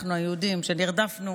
אנחנו, היהודים, שנרדפנו